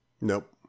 Nope